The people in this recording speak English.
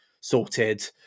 sorted